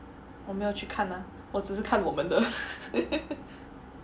我没有去看 ah 我只是看我们的